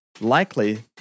Likely